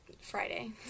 Friday